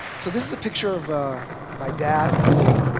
so this is a picture of ah my dad and me,